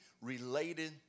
related